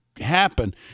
happen